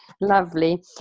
Lovely